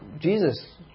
Jesus